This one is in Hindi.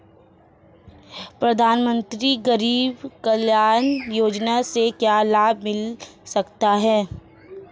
प्रधानमंत्री गरीब कल्याण योजना से क्या लाभ मिल सकता है?